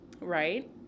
Right